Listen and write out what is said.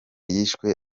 yishwe